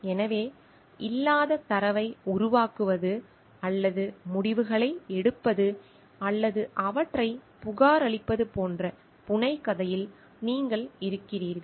எனவே இல்லாத தரவை உருவாக்குவது அல்லது முடிவுகளை எடுப்பது அல்லது அவற்றைப் புகாரளிப்பது போன்ற புனைகதையில் நீங்கள் இருக்கிறீர்கள்